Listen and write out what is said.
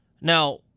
Now